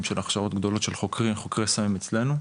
של הכשרות גדולות של חוקרי סמים אצלנו,